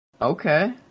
Okay